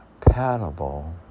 compatible